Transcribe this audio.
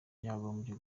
yagombye